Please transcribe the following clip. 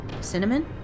Cinnamon